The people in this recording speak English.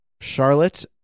Charlotte